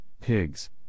pigs